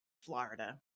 Florida